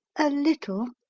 a little,